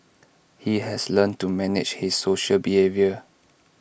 he has learnt to manage his social behaviour